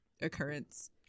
occurrence